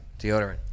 deodorant